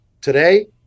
today